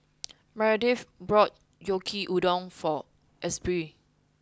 Meredith brought Yaki udon for Asbury